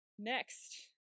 Next